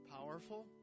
powerful